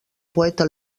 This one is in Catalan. poeta